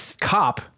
cop